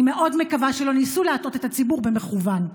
אני מאוד מקווה שלא ניסו להטעות את הציבור במכוון.